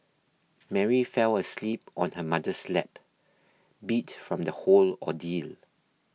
Mary fell asleep on her mother's lap beat from the whole ordeal